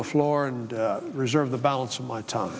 the floor and reserve the balance of my time